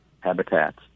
habitats